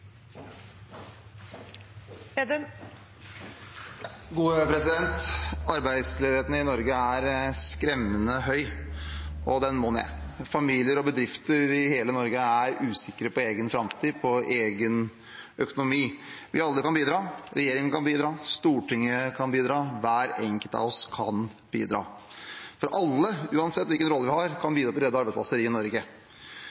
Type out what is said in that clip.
Arbeidsledigheten i Norge er skremmende høy, og den må ned. Familier og bedrifter i hele Norge er usikre på egen framtid, på egen økonomi. Vi kan alle bidra: Regjeringen kan bidra, Stortinget kan bidra, hver enkelt av oss kan bidra. For alle – uansett hvilken rolle vi har – kan